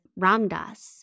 Ramdas